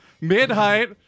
Mid-height